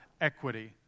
equity